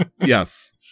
Yes